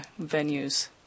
venues